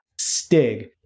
Stig